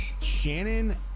Shannon